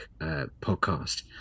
podcast